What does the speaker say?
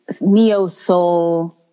neo-soul